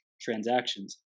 transactions